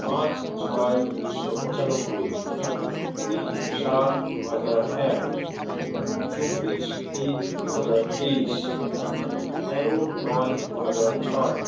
পাঁচ ছয় উনিশশো পঁচানব্বই কুড়ি সাত দুহাজার এক চব্বিশ তিন দুহাজার তেইশ তেরো নয় দুহাজার ছয়